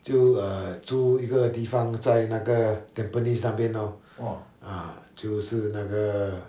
就 err 租一个地方在那个 tampines 那边 lor 就是那个